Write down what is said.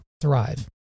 thrive